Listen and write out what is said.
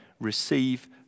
Receive